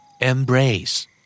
Embrace